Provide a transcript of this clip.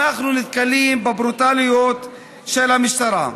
אנחנו נתקלים בברוטליות של המשטרה.